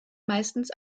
meistens